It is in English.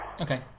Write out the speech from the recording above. Okay